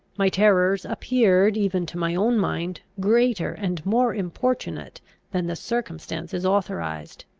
my terrors appeared, even to my own mind, greater and more importunate than the circumstances authorised.